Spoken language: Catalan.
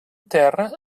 terra